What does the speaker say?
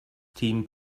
team